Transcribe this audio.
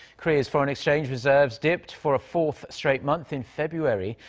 korea's foreign exchange reserves dipped for a fourth straight month in february.